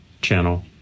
channel